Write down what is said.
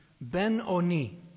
Ben-Oni